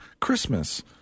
Christmas